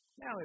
Now